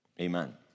amen